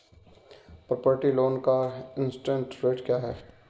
Property loan का interest rate क्या है?